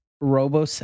Robo